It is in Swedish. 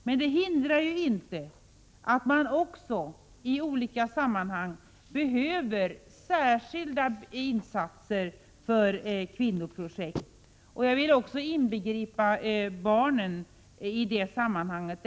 Men det hindrar inte att man också i olika sammanhang behöver särskilda insatser för kvinnoprojekt. Jag vill också inbegripa barnen i det sammanhanget.